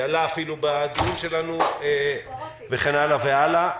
שעלה אפילו בדיון שלנו וכן הלאה והלאה.